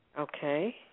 Okay